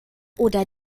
oder